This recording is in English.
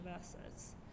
assets